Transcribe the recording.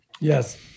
yes